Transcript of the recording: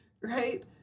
right